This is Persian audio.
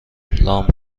لامپ